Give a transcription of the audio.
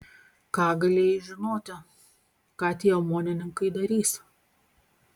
ką galėjai žinoti ką tie omonininkai darys